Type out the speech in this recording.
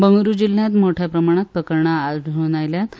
बंगळुरु जिल्ल्यात मोठ्या प्रमाणात प्रकरणां आढळ्न आयल्यात